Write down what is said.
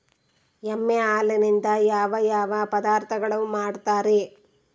ಎಮ್ಮೆ ಹಾಲಿನಿಂದ ಯಾವ ಯಾವ ಪದಾರ್ಥಗಳು ಮಾಡ್ತಾರೆ?